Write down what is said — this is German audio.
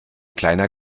kleiner